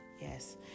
yes